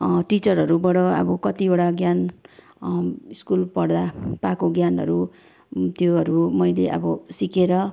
टिचरहरूबाट अब कतिवटा ज्ञान स्कुल पढ्दा पाएको ज्ञानहरू त्योहरू मैले अब सिकेर